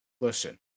Listen